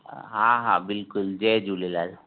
हा हा बिल्कुलु जय झूलेलाल